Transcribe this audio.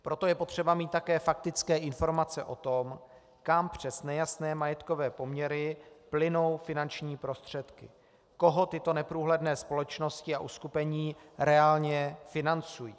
Proto je potřeba mít také faktické informace o tom, kam přes nejasné majetkové poměry plynou finanční prostředky, koho tyto neprůhledné společnosti a uskupení reálně financují.